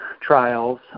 trials